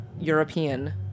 European